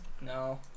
No